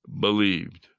believed